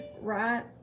Right